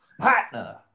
Partner